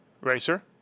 racer